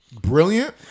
Brilliant